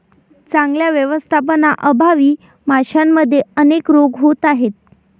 चांगल्या व्यवस्थापनाअभावी माशांमध्ये अनेक रोग होत आहेत